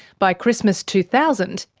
by christmas two thousand,